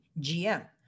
GM